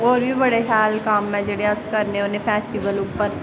होर बी बड़े शैल कम्म ऐं जेह्ड़े अस करने होन्ने फैस्टिवल उप्पर